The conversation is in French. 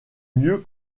mieux